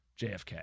JFK